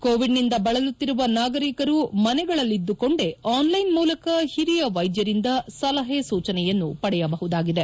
ಕೋವಿಡ್ನಿಂದ ಬಳಲುತ್ತಿರುವ ನಾಗರಿಕರು ಮನೆಗಳಲ್ಲಿದ್ದುಕೊಂಡೇ ಆನ್ಲೈನ್ ಮೂಲಕ ಹಿರಿಯ ವೈದ್ಯರಿಂದ ಸಲಹೆ ಸೂಚನೆಯನ್ನು ಪಡೆಯಬಹುದಾಗಿದೆ